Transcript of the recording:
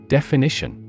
Definition